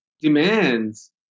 demands